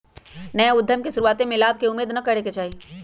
नयका उद्यम में शुरुआते में लाभ के उम्मेद न करेके चाही